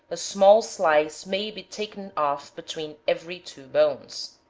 a small slice may be taken off between every two bones.